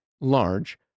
large